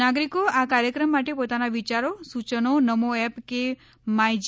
નાગરિકો આ કાર્યક્રમ માટે પોતાના વિચારો સૂયનો નમો એપ કે માય જી